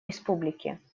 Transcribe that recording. республики